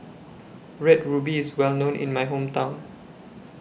Red Ruby IS Well known in My Hometown